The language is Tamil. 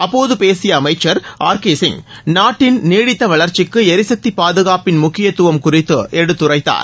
அப்போது பேசிய அமைச்சர் ஆர் கே சிங் நாட்டின் நீடித்த வளர்ச்சிக்கு எரிசக்தி பாதுகாப்பின் முக்கியத்துவம் குறித்து எடுத்துரைத்தார்